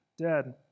dead